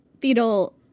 fetal